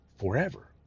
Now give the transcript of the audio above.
forever